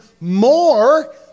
more